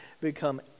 become